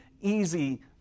easy